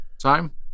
time